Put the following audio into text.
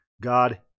God